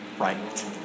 right